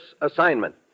assignment